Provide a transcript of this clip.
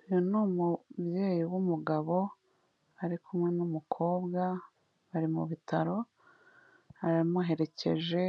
Uyu ni umubyeyi w'umugabo, ari kumwe n'umukobwa bari mu bitaro, aramuherekeje,